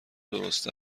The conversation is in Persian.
درست